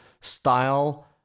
style